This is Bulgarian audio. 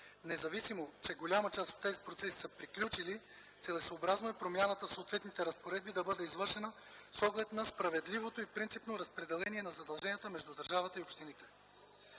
Независимо, че голяма част от тези процеси са приключили, целесъобразно е промяната в съответните разпоредби да бъде извършена с оглед на справедливото им принципно разпределение на задълженията между държавата и общините.